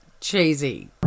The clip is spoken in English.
cheesy